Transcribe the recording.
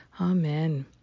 Amen